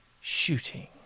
shooting